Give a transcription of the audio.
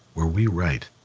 were we right.